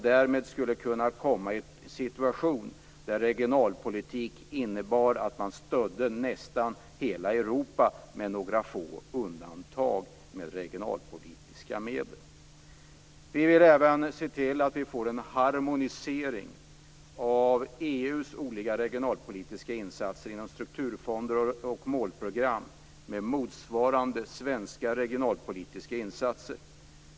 Där skulle man kunna komma i en situation att regionalpolitik innebär att man stöder nästan hela Europa, med några få undantag, med regionalpolitiska medel. Vi vill även se till att få en harmonisering av EU:s olika regionalpolitiska insatser inom strukturfonder och målprogram med motsvarande svenska regionalpolitiska insatser.